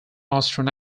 austrian